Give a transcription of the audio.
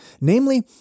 namely